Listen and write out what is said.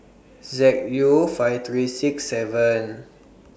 Z U five three six seven